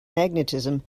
magnetism